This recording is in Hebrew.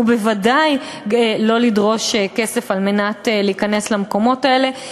ובוודאי לא לדרוש כסף כדי להיכנס למקומות האלה.